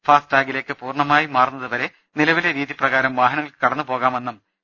ഫാസ്ടാഗിലേക്ക് പൂർണമായും മാറുന്നതുവരെ നിലവിലെ രീതിപ്രകാരം വാഹനങ്ങൾക്ക് കടന്നുപോകാമെന്നും കലക്ടർ പറഞ്ഞു